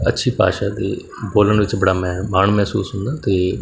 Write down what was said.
ਅੱਛੀ ਭਾਸ਼ਾ ਦੇ ਬੋਲਣ ਵਿੱਚ ਬੜਾ ਮੈਂ ਮਾਣ ਮਹਿਸੂਸ ਹੁੰਦਾ ਅਤੇ